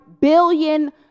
billion